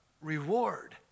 reward